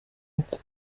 uku